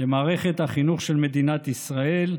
למערכת החינוך של מדינת ישראל.